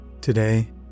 Today